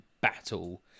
battle